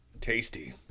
Tasty